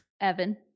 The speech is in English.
Evan